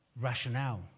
rationale